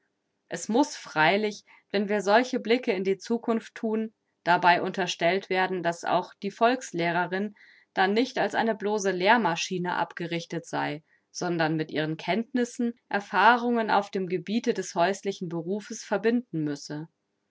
es muß freilich wenn wir solche blicke in die zukunft thun dabei unterstellt werden daß auch die volkslehrerin dann nicht als eine bloße lehrmaschine abgerichtet sei sondern mit ihren kenntnissen erfahrungen auf dem gebiete des häuslichen berufes verbinden müsse